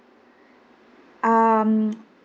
um